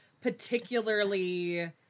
particularly